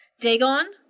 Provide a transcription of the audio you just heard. Dagon